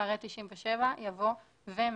אחרי "97" יבוא "ו־100ב".